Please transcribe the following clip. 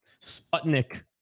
Sputnik